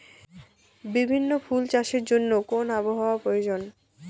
বিভিন্ন ফুল চাষের জন্য কোন আবহাওয়ার প্রয়োজন?